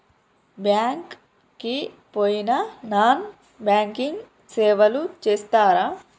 Bank కి పోయిన non banking సేవలు చేస్తరా?